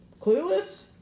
clueless